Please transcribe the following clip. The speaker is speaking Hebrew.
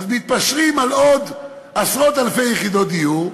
אז מתפשרים על עוד עשרות-אלפי יחידות דיור.